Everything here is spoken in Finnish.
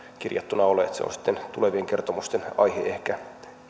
kirjattuna ole se on sitten tulevien kertomusten aihe ehkä